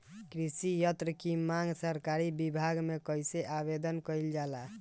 कृषि यत्र की मांग सरकरी विभाग में कइसे आवेदन कइल जाला?